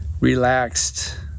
relaxed